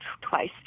twice